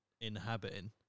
inhabiting